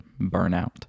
burnout